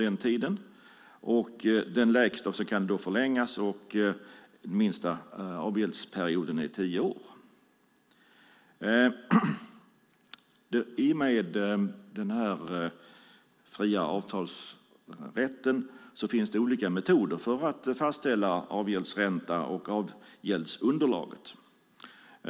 Den minsta avgäldsperioden är tio år, och den kan förlängas. I och med den fria avtalsrätten finns det olika metoder för att fastställa avgäldsräntan och avgäldsunderlaget.